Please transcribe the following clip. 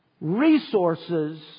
resources